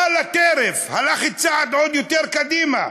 בא לטרף, הלך צעד עוד יותר קדימה.